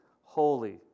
holy